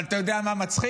אבל אתה יודע מה מצחיק?